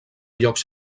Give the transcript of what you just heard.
llocs